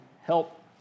help